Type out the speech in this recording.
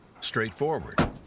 straightforward